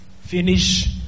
finish